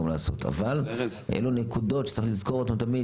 אבל אלו נקודות שצריך לזכור אותן תמיד